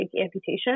amputation